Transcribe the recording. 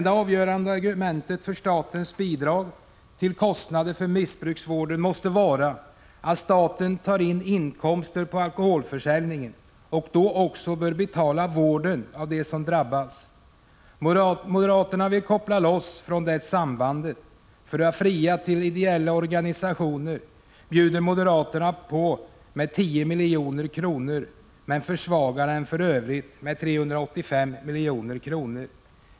Det avgörande argumentet för statens bidrag till kostnader för missbrukarvården måste vara att staten tar in inkomster från alkoholförsäljningen och då också bör betala vården av dem som drabbas. Moderaterna vill koppla loss från det sambandet. För att fria till ideella organisationer bjuder moderaterna över med 10 milj.kr. men försvagar vården för övrigt med 385 milj.kr.